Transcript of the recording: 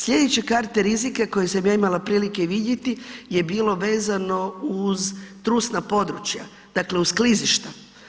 Slijedeće karte rizika koje sam ja imala prilike vidjeti je bilo vezano uz trusna područja dakle uz klizišta.